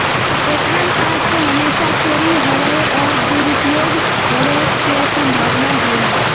ATM card के हमेशा चोरी होवय और दुरुपयोग होवेय के संभावना हइ